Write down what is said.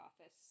office